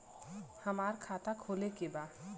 हमार खाता खोले के बा?